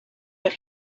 but